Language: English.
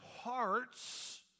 hearts